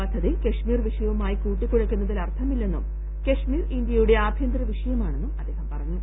പദ്ധതി കശ്മീർ വിഷയവുമായി കൂട്ടിക്കുഴയ്ക്കുന്നതിൽ അർത്ഥമില്ലെന്നും കശ്മീർ ഇന്ത്യയുടെ ആഭ്യന്തര വിഷയമാണെന്നും അദ്ദേഹം പറഞ്ഞു